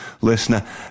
listener